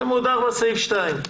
עמוד 4, סעיף (2).